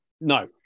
No